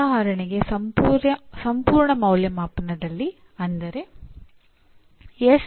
ಉದಾಹರಣೆಗೆ ನಾನು mechanical engineering ಅನ್ನು ವಿನ್ಯಾಸಗೊಳಿಸುತ್ತಿದ್ದರೆ ಬಿ